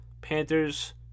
Panthers